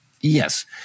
Yes